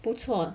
不错